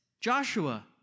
joshua